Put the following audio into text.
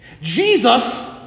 Jesus